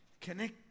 Connect